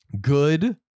Good